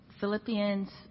Philippians